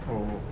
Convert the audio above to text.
oh